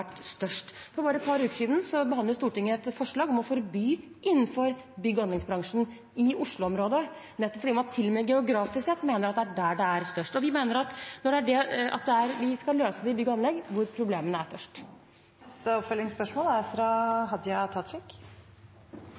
størst. For bare et par uker siden behandlet Stortinget et forslag om å forby innleie fra bemanningsbyråer innenfor bygg- og anleggsbransjen i Oslofjord-området, fordi man til og med geografisk sett mener at det er der problemet er størst. Vi skal løse problemene i bygg- og anleggsbransjen, hvor problemene er